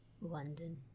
London